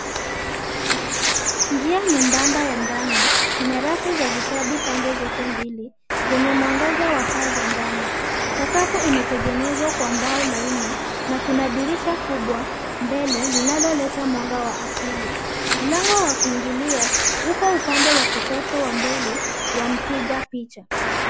Njia nyembamba ya ndani , ina rafu za vitabu pande zote mbili zenye mwangaza wa taa za ndani. Sakafu imetengenezwa kwa mbao laini, na kuna dirisha kubwa mbele linaloleta mwanga wa asili. Mlango wa kuingilia uko upande wa kushoto wa mbele, ya mpiga picha.